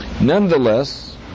Nonetheless